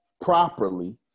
properly